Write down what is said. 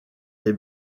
les